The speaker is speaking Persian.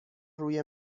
روی